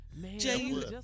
Jay